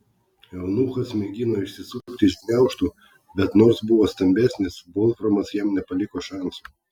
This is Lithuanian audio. eunuchas mėgino išsisukti iš gniaužtų bet nors buvo stambesnis volframas jam nepaliko šansų